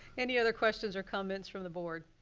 any other questions or comments from the board?